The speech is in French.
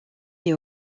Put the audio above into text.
est